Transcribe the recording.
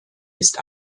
ist